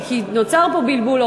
כי נוצר פה בלבול,